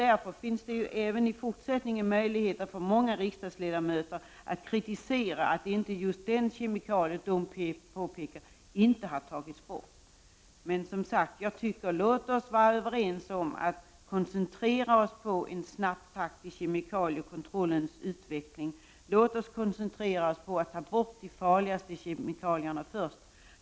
Därför kommer det även i fortsättningen att finnas anledning för många riksdagsledamöter att kritisera att just den kemikalie de utpekar inte har tagits bort. Men jag tycker, som sagt, att vi skall vara överens om att koncentrera oss på att man håller en hög takt när det gäller utvecklingen av kemikaliekontrollen.